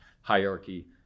hierarchy